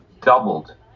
doubled